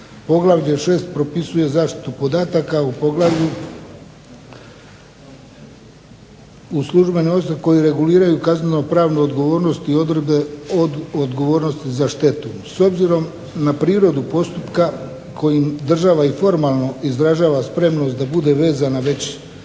Poglavlje 6. propisuje zaštitu podataka u poglavlju uz službene osobe koje reguliraju kazneno-pravnu odgovornost i odredbe odgovornosti za štetu. S obzirom na prirodu postupka kojim država i formalno izražava spremnost da bude vezana već